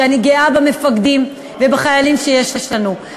שאני גאה במפקדים ובחיילים שיש לנו,